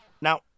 Now